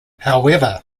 however